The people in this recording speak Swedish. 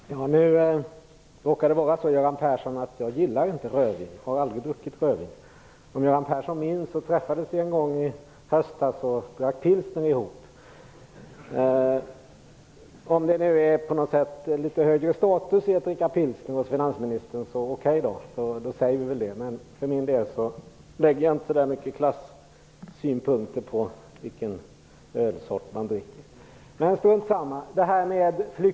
Herr talman! Nu råkar det vara så att jag inte gillar rödvin. Jag har aldrig druckit det. Som Göran Persson minns träffades vi en gång i höstas och drack pilsner ihop. Om det nu är litet högre status i att dricka pilsner hos finansministern, då säger vi väl det. För min del lägger jag inte så mycket klassynpunkter på vilken ölsort man dricker, men, strunt samma.